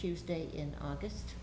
tuesday in august